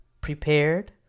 prepared